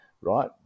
right